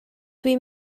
dwi